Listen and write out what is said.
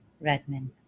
Redman